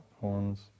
horns